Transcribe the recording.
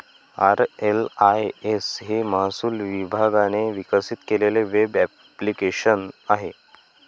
RLIS हे महसूल विभागाने विकसित केलेले वेब ॲप्लिकेशन आहे